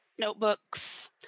notebooks